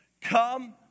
Come